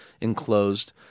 enclosed